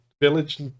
village